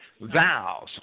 vows